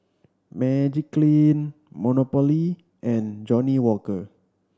Magiclean Monopoly and Johnnie Walker